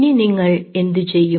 ഇനി നിങ്ങൾ എന്തു ചെയ്യും